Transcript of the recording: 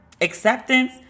acceptance